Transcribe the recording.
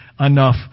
enough